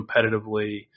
competitively